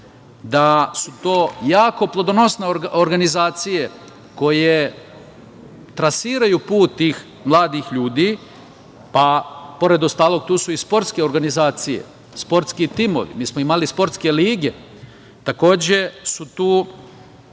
da su to jako plodonosne organizacije koje trasiraju put tih mladih ljudi. Pored ostalog, tu su i sportske organizacije, sportski timovi. Mi smo imali sportske lige. Takođe su tu